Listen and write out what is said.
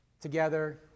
together